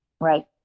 Right